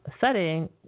setting